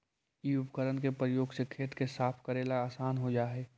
इ उपकरण के प्रयोग से खेत के साफ कऽरेला असान हो जा हई